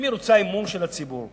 אם היא רוצה אמון של הציבור,